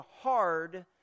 hard